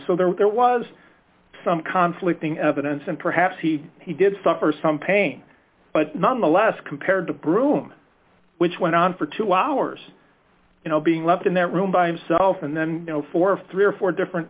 so there was some conflict in evidence and perhaps he he did suffer some pain but nonetheless compared to broome which went on for two hours you know being left in that room by himself and then you know for three or four different